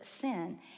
sin